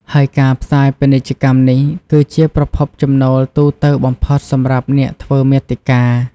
ហើយការផ្សាយពាណិជ្ជកម្មនេះ គឺជាប្រភពចំណូលទូទៅបំផុតសម្រាប់អ្នកធ្វើមាតិកា។